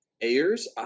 Ayers